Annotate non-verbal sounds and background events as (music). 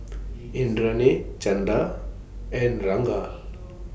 (noise) Indranee Chanda and Ranga